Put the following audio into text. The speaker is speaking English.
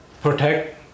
protect